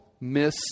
miss